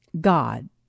God